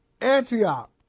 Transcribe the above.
Antioch